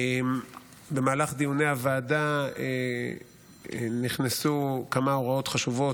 במהלך דיוני הוועדה נכנסו כמה הוראות חשובות,